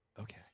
Okay